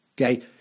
Okay